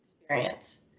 experience